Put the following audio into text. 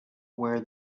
where